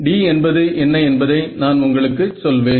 d என்பது என்ன என்பதை நான் உங்களுக்கு சொல்வேன்